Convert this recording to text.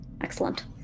Excellent